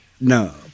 No